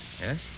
Yes